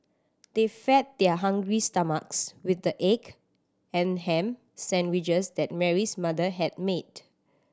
they fed their hungry stomachs with the egg and ham sandwiches that Mary's mother had made